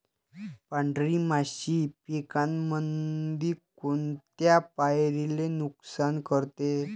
पांढरी माशी पिकामंदी कोनत्या पायरीले नुकसान करते?